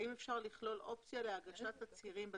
האם אפשר לכלול אופציה להגשת תצהירים בדיגיטל?